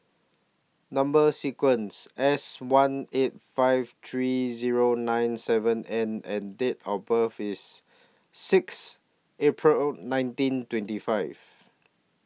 Number sequence S one eight five three Zero nine seven N and Date of birth IS six April nineteen twenty five